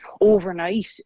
overnight